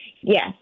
Yes